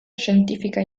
scientifica